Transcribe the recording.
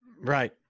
right